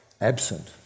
absent